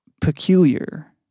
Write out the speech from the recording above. peculiar